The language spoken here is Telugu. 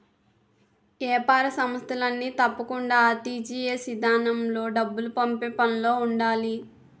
ఏపార సంస్థలన్నీ తప్పకుండా ఆర్.టి.జి.ఎస్ ఇదానంలో డబ్బులు పంపే పనులో ఉండాలి